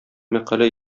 мәкалә